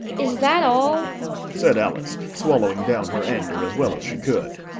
is that all said alice, swallowing down her anger as well as she could.